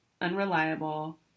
unreliable